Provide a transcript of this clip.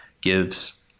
gives